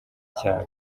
cyane